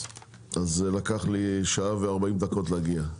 אז לקח לי שעה ו-40 דקות להגיע,